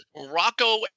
Morocco